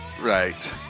Right